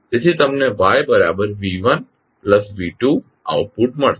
તેથી તમને YsV1V2 output મળશે